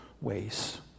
ways